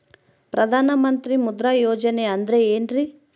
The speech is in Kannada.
ಪ್ರಧಾನ ಮಂತ್ರಿ ಮುದ್ರಾ ಯೋಜನೆ ಅಂದ್ರೆ ಏನ್ರಿ?